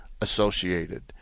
associated